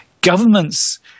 Governments